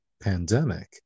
pandemic